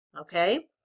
Okay